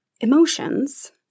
emotions